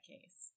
case